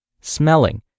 smelling